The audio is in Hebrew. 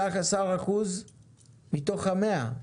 15% מתוך ה-100?